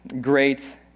great